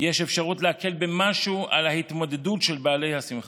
יש אפשרות להקל במשהו על ההתמודדות של בעלי השמחה.